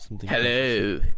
Hello